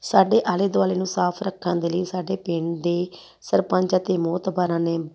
ਸਾਡੇ ਆਲੇ ਦੁਆਲੇ ਨੂੰ ਸਾਫ ਰੱਖਣ ਦੇ ਲਈ ਸਾਡੇ ਪਿੰਡ ਦੇ ਸਰਪੰਚ ਅਤੇ ਮੋਹਤਬਾਰਾਂ ਨੇ